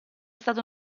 stato